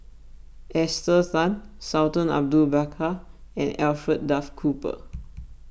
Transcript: Esther Tan Sultan Abu Bakar and Alfred Duff Cooper